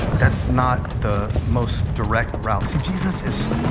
that's not the most direct route. so jesus is